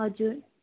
हजुर